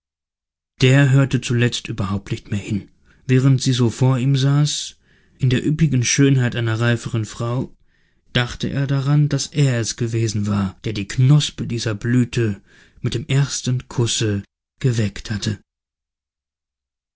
der hörte zuletzt überhaupt nicht mehr hin während sie so vor ihm saß in der üppigen schönheit einer reiferen frau dachte er daran daß er es gewesen war der die knospe dieser blüte mit dem ersten kusse geweckt hatte